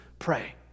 pray